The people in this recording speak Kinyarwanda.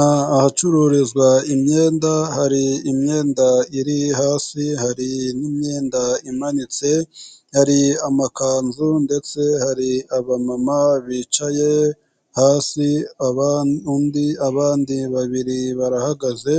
Ahacururizwa imyenda, hari imyenda iri hasi, hari n'imyenda imanitse, hari amakanzu ndetse hari abamama bicaye hasi, undi, abandi babiri barahagaze,